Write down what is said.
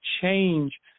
change